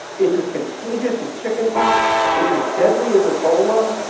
it's as contagious as chicken pox, it's as deadly as ebola,